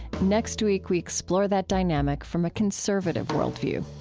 next week, we explore that dynamic from a conservative worldview